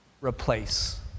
replace